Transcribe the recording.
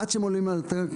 עד שהם עולים על הקרקע,